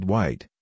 White